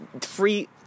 free